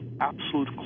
absolute